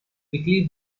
quickly